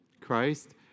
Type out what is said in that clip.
Christ